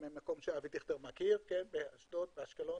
מאשדוד, אשקלון.